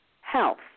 health